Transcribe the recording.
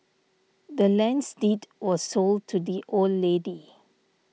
the land's deed was sold to the old lady